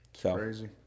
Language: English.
Crazy